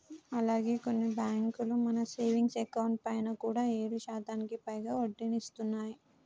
అలాగే కొన్ని బ్యాంకులు మన సేవింగ్స్ అకౌంట్ పైన కూడా ఏడు శాతానికి పైగా వడ్డీని ఇస్తున్నాయి